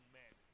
men